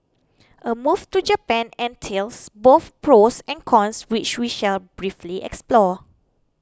a move to Japan entails both pros and cons which we shall briefly explore